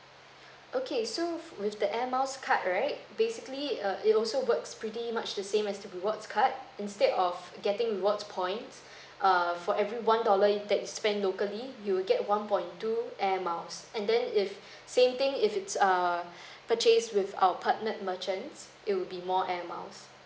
okay so with the air miles card right basically uh it also works pretty much the same as the rewards card instead of getting rewards points err for every one dollar that's spend locally you will get one point two air miles and then if same thing if it's err purchase with our partnered merchants it will be more air miles